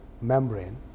membrane